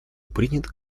принят